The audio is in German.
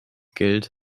geld